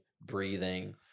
breathing